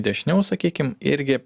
dešiniau sakykim irgi